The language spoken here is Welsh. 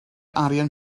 arian